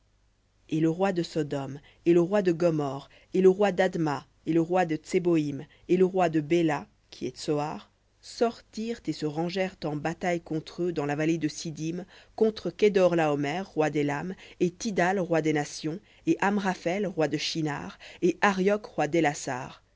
et le roi de sodome et le roi de gomorrhe et le roi d'adma et le roi de tseboïm et le roi de béla qui est tsoar sortirent et se rangèrent en bataille contre eux dans la vallée de siddim contre kedor laomer roi d'élam et tidhal roi des nations et amraphel roi de shinhar et arioc roi